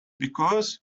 because